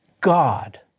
God